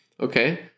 Okay